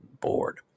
bored